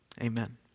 amen